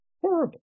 Horrible